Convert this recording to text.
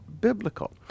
biblical